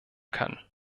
kann